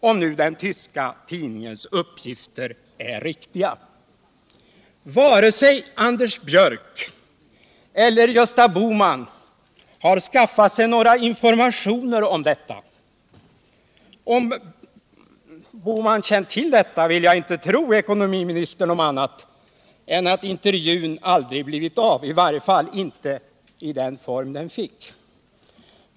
— om nu den tyska tidningens uppgifter är riktiga. Varken Anders Björck eller Gösta Bohman har skaffat sig några informationer om detta. Om Gösta Bohman känt till detta, vill jag inte tro ekonomiministern om annat än att intervjun aldrig blivit av, i varje fall inte i den form den fick.